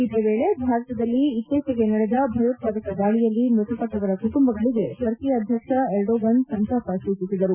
ಇದೇ ವೇಳೆ ಭಾರತದಲ್ಲಿ ಇತ್ತೀಚೆಗೆ ನಡೆದ ಭಯೋತ್ಪಾದಕ ದಾಳಿಯಲ್ಲಿ ಮೃತಪಟ್ಟವರ ಕುಟುಂಬಗಳಿಗೆ ಟರ್ಕಿ ಅಧ್ಯಕ್ಷ ಎರ್ಡೊಗನ್ ಸಂತಾಪ ಸೂಚಿಸಿದರು